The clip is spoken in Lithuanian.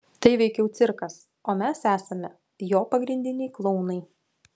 tai veikiau cirkas o mes esame jo pagrindiniai klounai